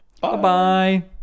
Bye-bye